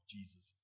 Jesus